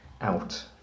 out